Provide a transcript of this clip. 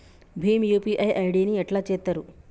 Bhim UPI ID ని ఎట్లా చేత్తరు?